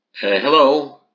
Hello